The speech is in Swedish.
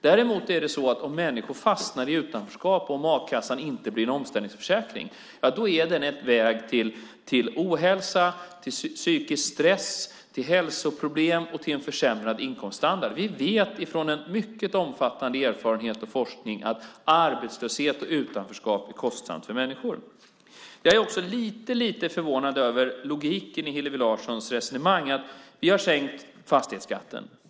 Däremot är det så att om människor fastnar i utanförskap och om a-kassan inte blir en omställningsförsäkring, ja, då är den en väg till ohälsa, psykisk stress, hälsoproblem och en försämrad inkomststandard. Vi vet från mycket omfattande erfarenheter och forskning att arbetslöshet och utanförskap är kostsamt för människor. Jag är också lite, lite förvånad över logiken i Hillevi Larssons resonemang. Vi har sänkt fastighetsskatten.